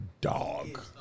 dog